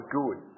good